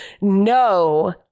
no